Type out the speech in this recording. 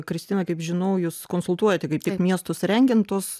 kristina kaip žinau jūs konsultuojate kaip tik miestus rengiant tuos